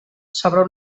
sobre